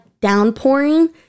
downpouring